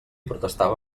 protestava